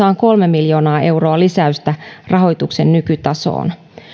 on kolme miljoonaa euroa lisäystä rahoituksen nykytasoon